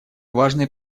важной